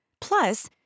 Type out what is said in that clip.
Plus